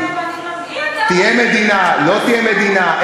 מי אתה שתגיד, תהיה מדינה, לא תהיה מדינה.